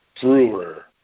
Brewer